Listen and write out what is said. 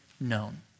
known